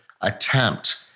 attempt